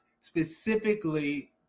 specifically